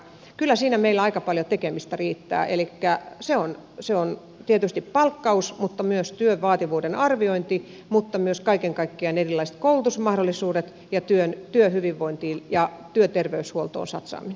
kyllä siinä meillä aika paljon tekemistä riittää elikkä on tietysti palkkaus mutta myös työn vaativuuden arviointi myös kaiken kaikkiaan erilaiset koulutusmahdollisuudet ja työhyvinvointiin ja työterveyshuoltoon satsaaminen